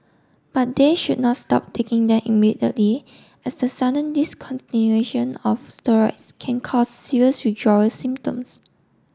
but they should not stop taking them immediately as the sudden discontinuation of steroids can cause serious withdrawal symptoms